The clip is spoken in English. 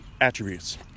attributes